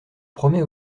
promets